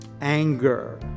anger